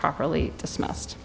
properly dismissed